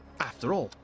after all,